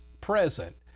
present